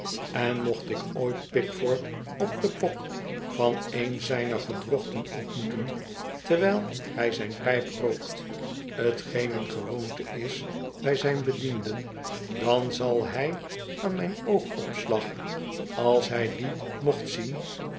en mocht ik ooit pickford op den bok van een zijner gedrochten ontmoeten terwijl hij zijn pijp rookt t geen een gewoonte is bij zijne bedienden dan zal hij aan mijn oogopslag als hij dien mocht zien